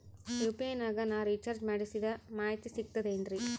UPI ನಾಗ ನಾ recharge ಮಾಡಿಸಿದ ಮಾಹಿತಿ ಸಿಕ್ತದೆ ಏನ್ರಿ?